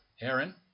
Aaron